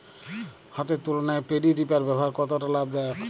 হাতের তুলনায় paddy reaper ব্যবহার কতটা লাভদায়ক?